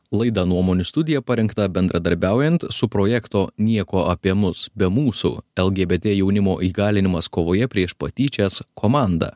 laida nuomonių studija parengta bendradarbiaujant su projekto nieko apie mus be mūsų lgbt jaunimo įgalinimas kovoje prieš patyčias komanda